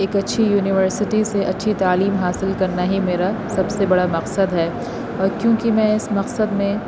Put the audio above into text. ایک اچھی یونیورسٹی سے اچھی تعلیم حاصل کرنا ہی میرا سب سے بڑا مقصد ہے اور کیونکہ میں اس مقصد میں